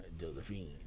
Josephine